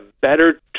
better